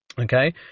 okay